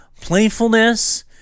playfulness